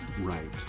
Right